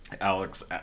Alex